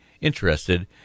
interested